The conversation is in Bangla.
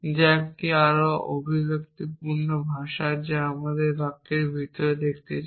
যা একটি আরও অভিব্যক্তিপূর্ণ ভাষা যা আমাদের বাক্যের ভিতরে দেখতে দেয়